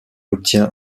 obtient